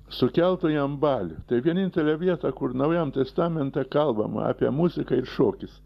sukeltų jam valią tai vienintelė vieta kur naujam testamente kalbama apie muziką ir šokis